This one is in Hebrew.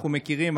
אנחנו מכירים,